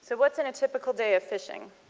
so what is in a typical day of fish ing?